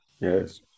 Yes